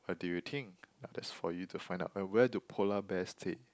what do you think now that's for you to find out and where do polar bears stay